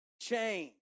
change